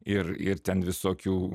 ir ir ten visokių